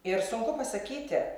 ir sunku pasakyti